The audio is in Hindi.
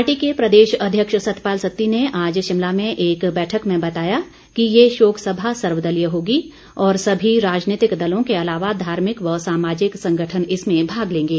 पार्टी के प्रदेश अध्यक्ष सतपाल सत्ती ने आज शिमला में एक बैठक में बताया कि यह शोक सभा सर्वदलीय होगी और सभी राजनीतिक दलों के अलावा धार्मिक व सामाजिक संगठन इसमें माग लेंगे